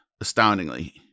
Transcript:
astoundingly